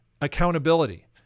accountability